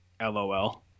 lol